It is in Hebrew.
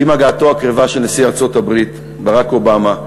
עם הגעתו הקרבה של נשיא ארצות-הברית ברק אובמה,